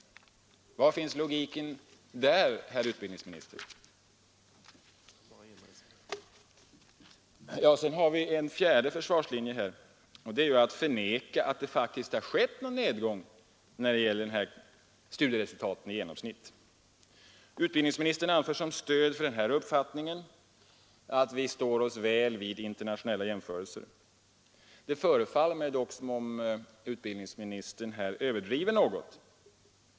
Var finns logiken där, herr utbildningsminister? Sedan har vi en fjärde försvarslinje, nämligen att förneka att det faktiskt har skett någon nedgång när det gäller studieresultaten i genomsnitt. Utbildningsministern anför som stöd för den uppfattningen att vi står oss väl vid internationella jämförelser. Det förefaller mig dock som om utbildningsministern här överdriver något.